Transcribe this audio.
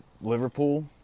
Liverpool